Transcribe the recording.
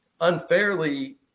unfairly